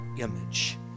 image